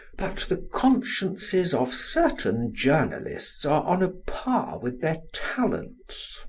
but the consciences of certain journalists are on a par with their talents.